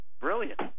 Brilliant